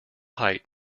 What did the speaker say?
height